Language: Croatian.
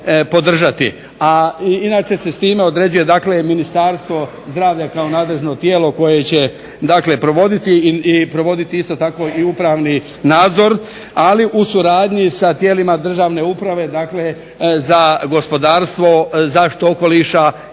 A inače se s time određuje, dakle Ministarstvo zdravlja kao nadležno tijelo koje će, dakle provoditi i provoditi isto tako upravni nadzor ali u suradnji sa tijelima državne uprave. Dakle, za gospodarstvo, zaštitu okoliša